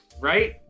right